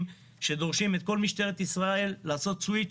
שדורשים מכל משטרת ישראל לעשות סוויץ'